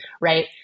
right